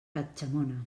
catxamona